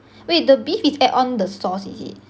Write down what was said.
wait the beef is add on the sauce is it